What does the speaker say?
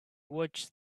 watched